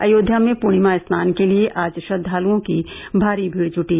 अयोध्या में पूर्णिमा स्नान के लिए आज श्रद्दाल्ओं की भारी भीड़ जूटी